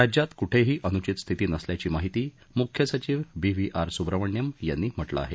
राज्यात कुठेही अनुचित स्थिती नसल्याची माहिती मुख्य सचिव बी व्ही आर सुब्रमण्यम यांनी म्हटलं आहे